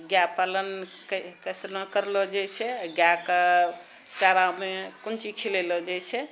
गाए पालन कइसनो करलऽ जाइ छै गाएके चारामे कोनचीज खिलैलऽ जाइ छै